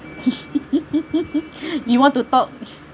you want to talk